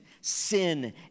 sin